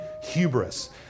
hubris